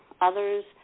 others